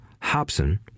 hobson